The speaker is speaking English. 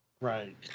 Right